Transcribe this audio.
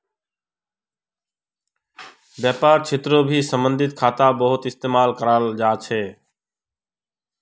व्यापारेर क्षेत्रतभी सावधि खाता बहुत इस्तेमाल कराल जा छे